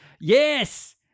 Yes